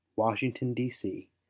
washington, d c,